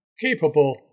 capable